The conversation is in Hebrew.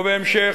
ובהמשך,